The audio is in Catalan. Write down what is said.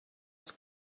els